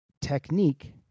technique